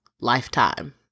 lifetime